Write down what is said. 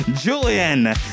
julian